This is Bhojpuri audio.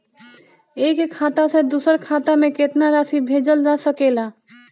एक खाता से दूसर खाता में केतना राशि भेजल जा सके ला?